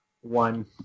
One